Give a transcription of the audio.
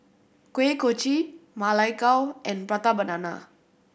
Kuih Kochi Ma Lai Gao and Prata Banana